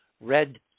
red